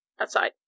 outside